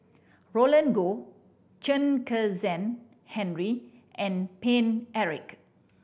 Roland Goh Chen Kezhan Henri and Paine Eric